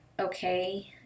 okay